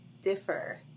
differ